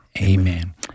Amen